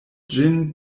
ĝin